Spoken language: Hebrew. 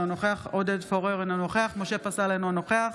אינו נוכח